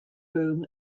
boom